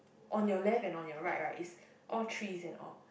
on your left and on your right right is all trees and all